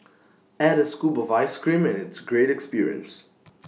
add A scoop of Ice Cream and it's A great experience